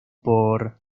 por